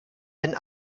wenn